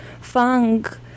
funk